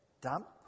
dump